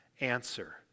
answer